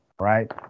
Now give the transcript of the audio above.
right